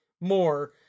more